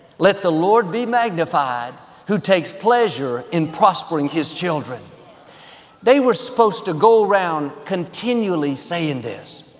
let the lord be magnified who takes pleasure in prospering his children they were supposed to go around continually saying this.